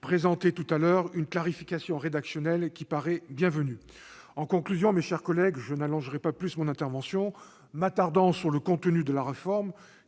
présenté tout à l'heure une clarification rédactionnelle qui paraît bienvenue. En conclusion, mes chers collègues, je n'allongerai pas plus mon intervention en m'attardant sur le contenu de la réforme,